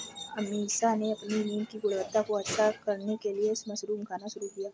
अमीषा ने अपनी नींद की गुणवत्ता को अच्छा करने के लिए मशरूम खाना शुरू किया